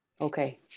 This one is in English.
okay